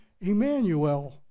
Emmanuel